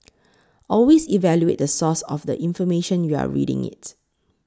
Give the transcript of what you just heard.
always evaluate the source of the information you're reading it